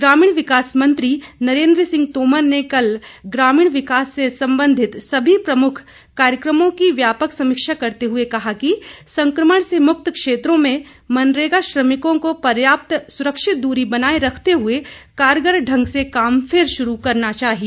ग्रामीण विकास मंत्री नरेन्द्र सिंह तोमर ने कल ग्रामीण विकास से संबंधित सभी प्रमुख कार्यक्रमों की व्यापक समीक्षा करते हुए कहा कि संक्रमण से मुक्त क्षेत्रों में मनरेगा श्रमिकों को पर्याप्त सुरक्षित दूरी बनाए रखते हुए कारगर ढंग से काम फिर शुरू करना चाहिए